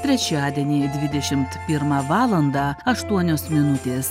trečiadienį dvidešimt pirmą valandą aštuonios minutės